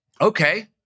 okay